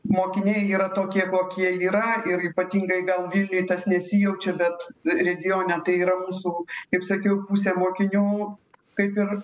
mokiniai yra tokie kokie yra ir ypatingai gal vilniuj tas nesijaučia bet regione tai yra mūsų kaip sakiau pusė mokinių kaip ir